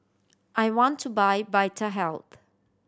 I want to buy Vitahealth